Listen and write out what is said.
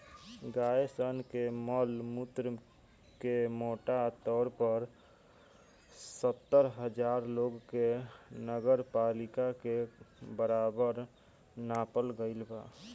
गाय सन के मल मूत्र के मोटा तौर पर सत्तर हजार लोग के नगरपालिका के बराबर नापल गईल बा